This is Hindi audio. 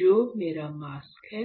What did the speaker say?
जो मेरा मास्क है